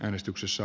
äänestyksessä